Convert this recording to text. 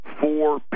four